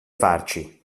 farci